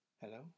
Hello